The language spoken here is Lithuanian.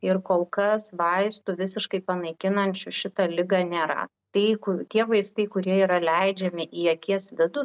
ir kol kas vaistų visiškai panaikinančių šitą ligą nėra tai ku tie vaistai kurie yra leidžiami į akies vidų